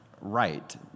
right